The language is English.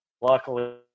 Luckily